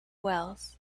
wells